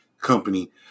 company